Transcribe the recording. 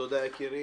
תודה, יקירי.